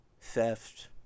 Theft